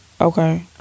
Okay